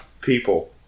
people